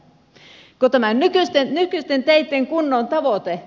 vai onko tämä nykyisten teiden kunnon tavoite